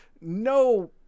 no